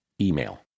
email